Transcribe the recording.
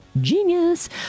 Genius